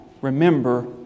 remember